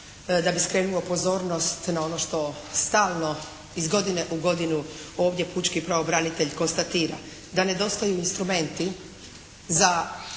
da bi skrenuo pozornost na ono što stalno iz godine u godinu ovdje pučki pravobranitelj konstatira, da nedostaju instrumenti za